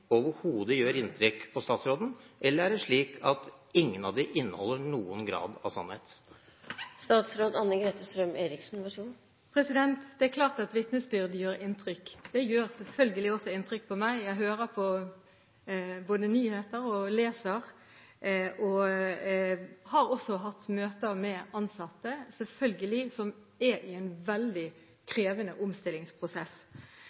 overhodet gjør inntrykk på statsråden, eller er det slik at ingen av dem inneholder noen grad av sannhet? Det er klart at vitnesbyrd gjør inntrykk. Det gjør selvfølgelig også inntrykk på meg. Jeg både hører på og leser nyheter og har selvfølgelig også hatt møter med ansatte, som er i en veldig